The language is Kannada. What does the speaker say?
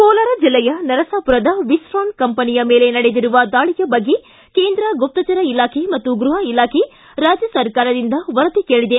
ಕೋಲಾರ್ ಜಿಲ್ಲೆಯ ನರಸಾಪುರದ ವಿಸ್ಟಾನ್ ಕಂಪನಿಯ ಮೇಲೆ ನೆಡೆದಿರುವ ದಾಳಿಯ ಬಗ್ಗೆ ಕೇಂದ್ರ ಗುಪ್ತಚರ ಇಲಾಖೆ ಮತ್ತು ಗೃಹ ಇಲಾಖೆ ರಾಜ್ಯ ಸರ್ಕಾರದಿಂದ ವರದಿ ಕೇಳಿದೆ